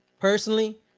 personally